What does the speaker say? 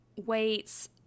weights